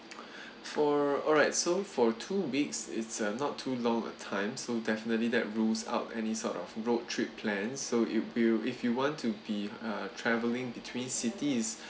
for alright so for two weeks it's uh not too long of time so definitely that rules out any sort of road trip plan so if you if you want to be uh travelling between cities